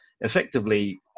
effectively